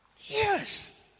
Yes